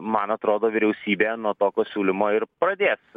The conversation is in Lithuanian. man atrodo vyriausybė nuo tokio siūlymo ir pradės